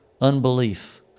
unbelief